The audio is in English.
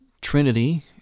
Trinity